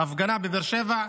ההפגנה בבאר-שבע,